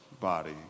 body